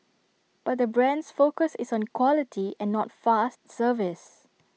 but the brand's focus is on quality and not fast service